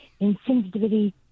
insensitivity